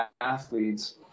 athletes